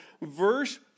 verse